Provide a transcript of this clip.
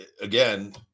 again